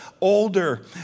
older